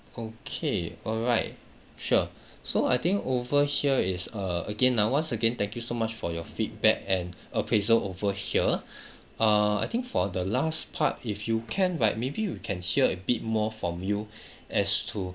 okay alright sure so I think over here is err again ah once again thank you so much for your feedback and appraisal over here err I think for the last part if you can right maybe we can hear a bit more from you as to